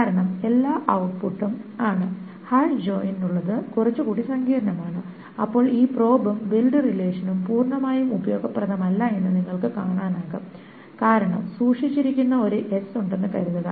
കാരണം എല്ലാം ഔട്ട്പുട്ട് ആണ് ഹാഷ് ജോയിനിനുള്ളത് കുറച്ചുകൂടി സങ്കീർണ്ണമാണ് അപ്പോൾ ഈ പ്രോബും ബിൽഡ് റിലേഷനും പൂർണ്ണമായും ഉപയോഗപ്രദമല്ലെന്ന് നിങ്ങൾക്ക് കാണാനാകും കാരണം സൂക്ഷിച്ചിരിക്കുന്ന ഒരു s ഉണ്ടെന്ന് കരുതുക